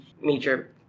major